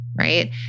right